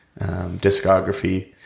discography